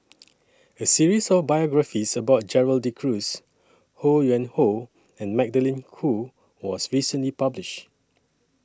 A series of biographies about Gerald De Cruz Ho Yuen Hoe and Magdalene Khoo was recently published